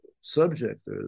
subject